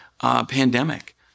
pandemic